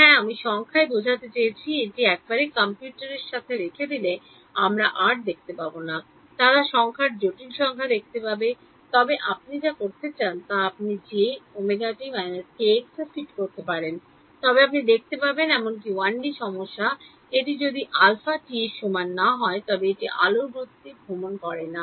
হ্যাঁ আমি সংখ্যায় বোঝাতে চেয়েছি এটি একবার কম্পিউটারের সাথে রেখে দিলে আমরা আর দেখতে পাব না তারা তারা সংখ্যার জটিল সংখ্যা দেখতে পাবে তবে আপনি যা করতে চান তা আপনি jωt−kx ফিট করতে পারেন তবে আপনি দেখতে পাবেন এমনকি 1D সমস্যা এমনকি যদি আলফা 1 টির সমান না হয় তবে এটি আলোর গতিতে ভ্রমণ করে না